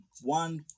One